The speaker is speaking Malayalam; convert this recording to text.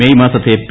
മേയ് മാസത്തെ പി